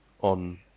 on